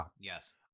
Yes